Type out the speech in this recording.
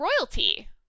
royalty